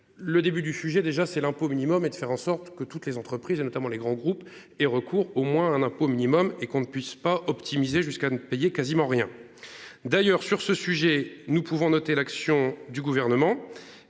Le début du sujet. Déjà c'est l'impôt minimum et de faire en sorte que toutes les entreprises et notamment les grands groupes et recours au moins un impôt minimum et qu'on ne puisse pas optimisé jusqu'à ne payer quasiment rien. D'ailleurs sur ce sujet, nous pouvons noter l'action du gouvernement.